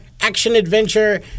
action-adventure